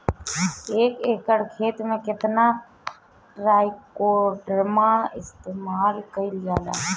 एक एकड़ खेत में कितना ट्राइकोडर्मा इस्तेमाल कईल जाला?